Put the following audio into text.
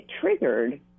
triggered